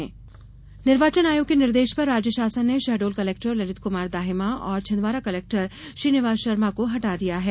चुनाव आयोग कार्यवाही निर्वाचन आयोग के निर्देश पर राज्य शासन ने शहडोल कलेक्टर ललित कुमार दाहिमा और छिंदवाड़ा कलेक्टर श्रीनिवास शर्मा को हटा दिया है